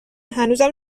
هنوزم